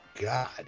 god